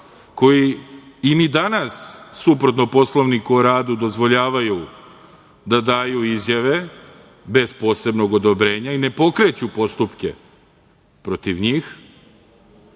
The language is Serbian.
koji i ni danas suprotno Poslovniku o radu, dozvoljavaju da daju izjave, bez posebnog odobrenja i ne pokreću postupke protiv njih,